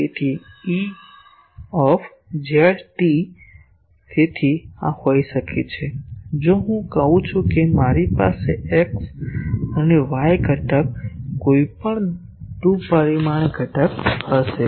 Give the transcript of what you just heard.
તેથી Ez t તેથી આ હોઈ શકે છે જો હું કહું છું કે મારી પાસે x અને y ઘટક કોઈપણ 2 પરિમાણીય ઘટક હશે